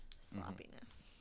sloppiness